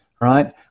right